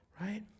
right